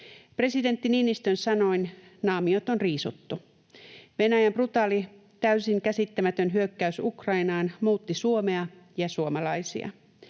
Presidentti Niinistön sanoin: ”Naamiot on riisuttu.” Venäjän brutaali, täysin käsittämätön hyökkäys Ukrainaan muutti Suomea ja suomalaisia.